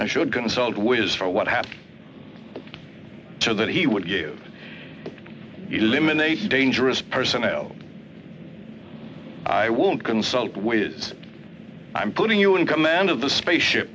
i should consult wiz for what happened to that he would you eliminate dangerous personnel i would consult way is i'm putting you in command of the space ship